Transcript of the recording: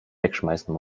wegschmeißen